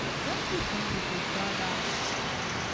don't you think we should rather